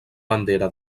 bandera